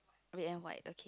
red and white okay